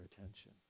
attention